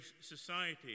society